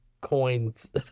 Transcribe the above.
coins